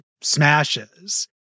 smashes